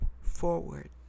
forward